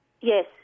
yes